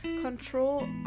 control